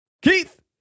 Keith